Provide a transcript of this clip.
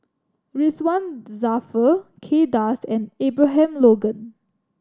Ridzwan Dzafir Kay Das and Abraham Logan